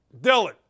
Dylan